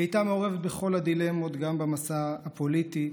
היא הייתה מעורבת בכל הדילמות, וגם במסע הפוליטי.